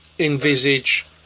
Envisage